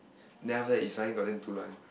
then after that he suddenly got damn dulan